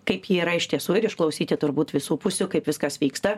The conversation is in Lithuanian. kaip ji yra iš tiesų ir išklausyti turbūt visų pusių kaip viskas vyksta